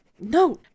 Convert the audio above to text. No